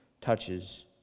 touches